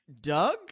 Doug